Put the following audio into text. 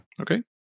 Okay